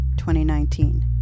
2019